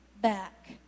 back